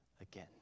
again